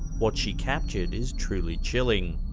what she captured is truly chilling.